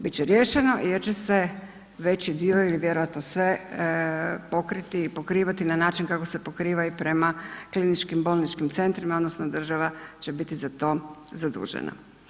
Bit će riješeno jer će se veći dio ili vjerojatno sve pokriti i pokrivati na način kako se pokriva i prema kliničkim bolničkim centrima odnosno država će biti za to zadužena.